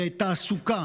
בתעסוקה,